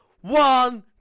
One